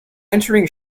entering